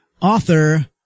Author